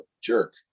jerk